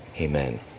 Amen